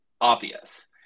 obvious